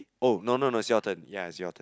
oh no no no it's your turn ya it's your turn